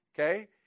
Okay